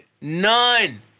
None